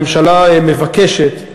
הממשלה מבקשת,